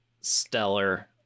stellar